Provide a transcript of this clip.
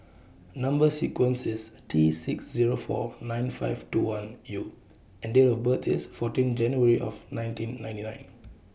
Number sequence IS T six Zero four nine five two one U and Date of birth IS fourteen January nineteen ninety nine